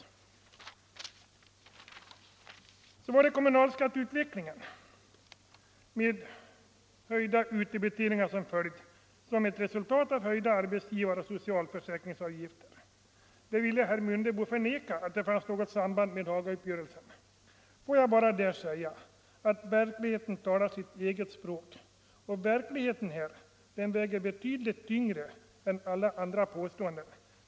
Vidare har vi kommunalskatteutvecklingen med höjda utdebiteringar som ett resultat av ökade arbetsgivaroch socialförsäkringsavgifter. Herr Mundebo ville förneka att denna utveckling skulle ha något samband med Hagauppgörelsen. Får jag där bara säga att verkligheten talar sitt eget språk och att verkligheten väger betydligt tyngre än alla påståenden!